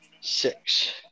six